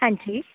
ਹਾਂਜੀ